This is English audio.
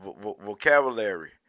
vocabulary